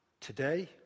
today